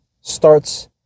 starts